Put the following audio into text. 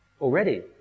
already